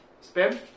Spin